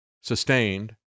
sustained